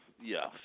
Yes